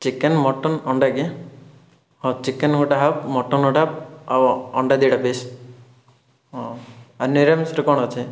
chicken mutton ଅଣ୍ଡା କି ହେଉ ଚିକେନ୍ ଗୋଟେ ହାପ୍ ମଟନ୍ ଗୋଟେ ହାପ୍ ଆଉ ଅଣ୍ଡା ଦୁଇଟା ପିସ୍ ହଁ ଆଉ ନିରାମିଷରେ କ'ଣ ଅଛି